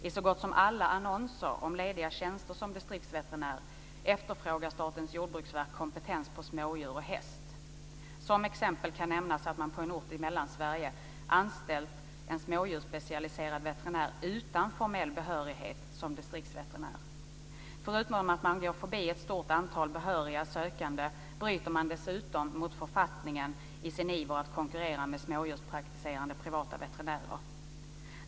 I så gott som alla annonser om lediga tjänster som distriktsveterinär efterfrågar Statens jordbruksverk kompetens på smådjur och häst. Som exempel kan nämnas att man på en ort i Mellansverige anställt en smådjursspecialiserad veterinär utan formell behörighet som distriktsveterinär. Förutom att man går förbi ett stort antal behöriga sökande bryter man dessutom mot författningen i sin iver att konkurrera med privata veterinärer med praktik för smådjur.